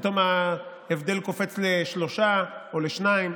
פתאום ההבדל קופץ לשלושה או לשניים.